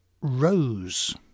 Rose